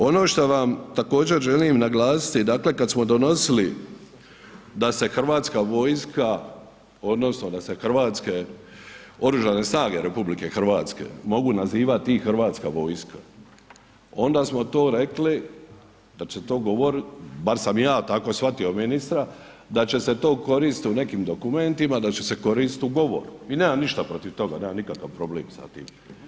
Ono što vam također, želim naglasiti, dakle kad smo donosili da se Hrvatska vojska odnosno da se hrvatske Oružane snage RH mogu nazivati i Hrvatska vojska, onda smo to rekli da će to govoriti, bar sam ja tako shvatio ministra, da će se to koristiti u nekim dokumentima, da će se koristiti u govoru i nemam ništa protiv toga, nemam nikakav problem sa tim.